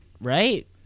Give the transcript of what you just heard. right